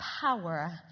power